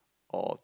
or